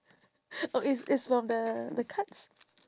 oh it's it's from the the cards